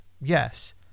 Yes